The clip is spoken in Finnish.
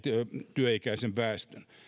työikäisen väestön